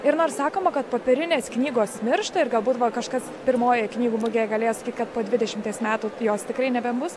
ir nors sakoma kad popierinės knygos miršta ir galbūt va kažkas pirmojoje knygų mugėje galės kad po dvidešimties metų jos tikrai nebebus